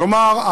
כלומר,